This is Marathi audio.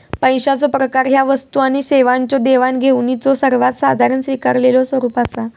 पैशाचो प्रकार ह्या वस्तू आणि सेवांच्यो देवाणघेवाणीचो सर्वात साधारण स्वीकारलेलो स्वरूप असा